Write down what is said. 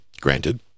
granted